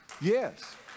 yes